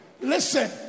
Listen